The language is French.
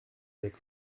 avec